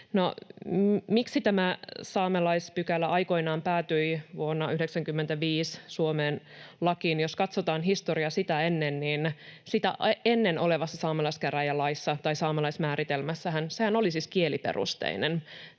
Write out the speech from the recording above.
miksi tämä saamelaispykälä aikoinaan päätyi vuonna 95 Suomen lakiin? Jos katsotaan historiaa sitä ennen, niin sitä ennen olevassa saamelaiskäräjälaissa tai saamelaismääritelmässähän se oli siis kieliperusteinen.